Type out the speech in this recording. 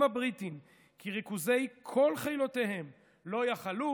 הבריטים כי כל ריכוזי חילותיהם לא יכלו